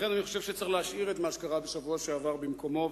לכן אני חושב שצריך להשאיר את מה שקרה בשבוע שעבר במקומו,